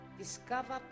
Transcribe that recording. Discover